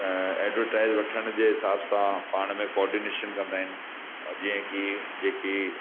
advertise वठण जे हिसाब सां पाण में कॉडीनेशन कंदा आहिनि जीअं की जेकी